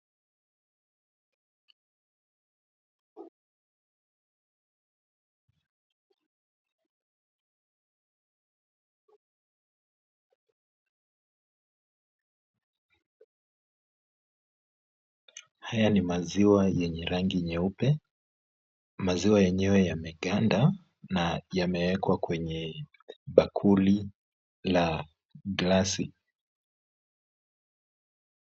Haya ni maziwa yenye rangi nyeupe, maziwa yenyewe yameganda, na yamewekwa kwenye bakuli ya glasi.